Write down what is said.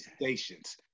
stations